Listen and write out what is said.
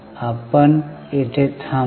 आपण इथे थांबूया